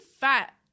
fat